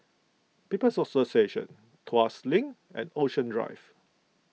People's Association Tuas Link and Ocean Drive